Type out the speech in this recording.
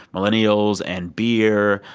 millennials and beer,